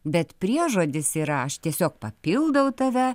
bet priežodis yra aš tiesiog papildau tave